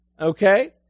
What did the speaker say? Okay